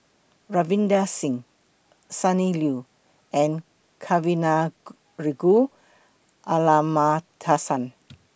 Ravinder Singh Sonny Liew and Kavignareru Amallathasan